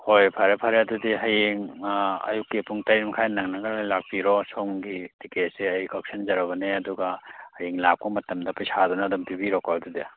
ꯍꯣꯏ ꯐꯔꯦ ꯐꯔꯦ ꯑꯗꯨꯗꯤ ꯍꯌꯦꯡ ꯑꯌꯨꯛꯀꯤ ꯄꯨꯡ ꯇꯔꯦꯠ ꯃꯈꯥꯏ ꯅꯪꯅꯅꯕ ꯂꯥꯛꯄꯤꯔꯣ ꯁꯣꯝꯒꯤ ꯇꯤꯀꯦꯠꯁꯦ ꯑꯩ ꯀꯛꯁꯟꯖꯔꯕꯅꯤ ꯑꯗꯨꯒ ꯍꯌꯦꯡ ꯂꯥꯛꯄ ꯃꯇꯝꯗ ꯄꯩꯁꯥꯗꯨꯅ ꯑꯗꯨꯝ ꯄꯤꯕꯤꯔꯣꯀꯣ ꯑꯗꯨꯗꯤ